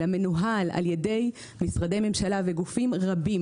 מנוהל על ידי משרדי ממשלה וגופים רבים.